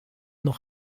noch